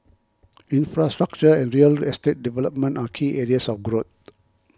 infrastructure and real estate development are key areas of growth